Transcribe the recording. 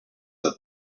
that